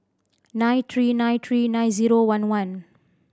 nine three nine three nine zero one one